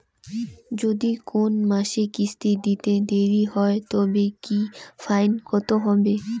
যদি কোন মাসে কিস্তি দিতে দেরি হয় তবে কি ফাইন কতহবে?